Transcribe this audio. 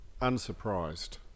Unsurprised